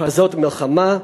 הכרזות מלחמה,